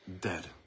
dead